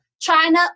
China